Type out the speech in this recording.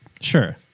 sure